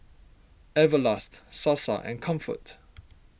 Everlast Sasa and Comfort